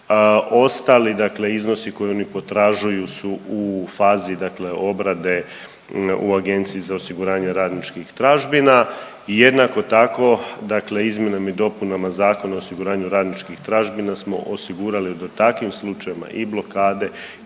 dakle iznosi koje oni potražuju su u fazi dakle obrade u Agenciji za osiguranje radničkih tražbina i jednako tako dakle izmjenom i dopunama Zakona o osiguranju radničkih tražbina smo osigurali da takvim slučajevima i blokade